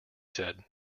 said